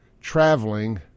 traveling